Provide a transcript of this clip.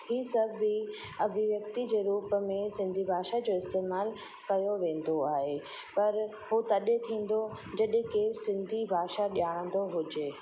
ही सभु बि अभिव्यक्ति जे रूप में सिंधी भाषा जो इस्तेमालु कयो वेंदो आहे पर हू तॾहिं थींदो जॾहिं केरु सिंधी भाषा ॼाणंदो हुजे